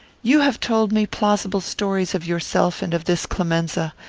you have told me plausible stories of yourself and of this clemenza.